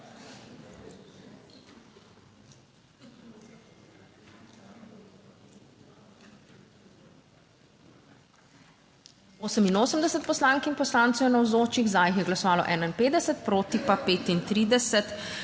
88 poslank in poslancev je navzočih, za jih je glasovalo 51, proti pa 35.